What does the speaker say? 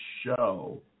show